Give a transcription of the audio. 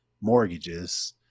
mortgages